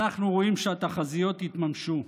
אנחנו רואים שהתחזיות התממשו.